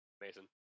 Mason